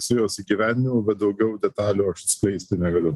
su jos įgyvendinimu bet daugiau detalių aš atskleisti negaliu